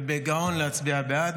ובגאון להצביע בעד,